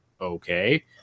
Okay